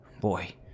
Boy